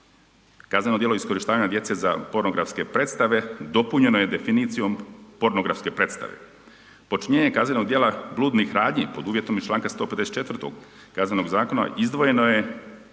Kazneno djelo za iskorištavanja djece za pornografske predstave dopunjeno je definicijom pornografske predstave. Počinjenje kaznenog djela bludnih radnji pod uvjetom iz članka 154. KZ-a izdvojeno je